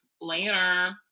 later